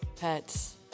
Pets